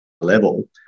level